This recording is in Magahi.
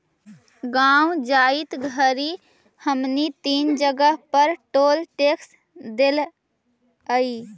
गाँव जाइत घड़ी हमनी तीन जगह पर टोल टैक्स देलिअई